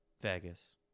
Vegas